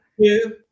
two